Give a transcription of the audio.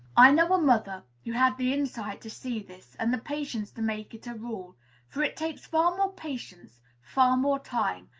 i know a mother who had the insight to see this, and the patience to make it a rule for it takes far more patience, far more time,